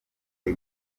the